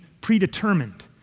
predetermined